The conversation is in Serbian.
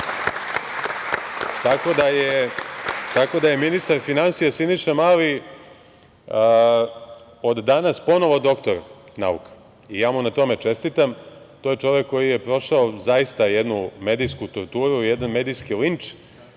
Tako da je ministar finansija Siniša Mali od danas ponovo doktor nauka i ja mu na tome čestitam. To je čovek koji je prošao zaista jednu medijsku torturu, jedan medijski linč